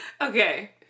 Okay